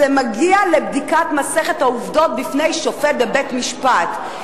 זה מגיע לבדיקת מסכת העובדות בפני שופט בבית-משפט.